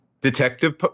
Detective